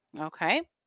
Okay